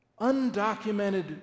undocumented